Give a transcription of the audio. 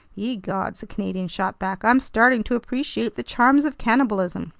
ye gods, the canadian shot back, i'm starting to appreciate the charms of cannibalism!